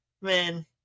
Man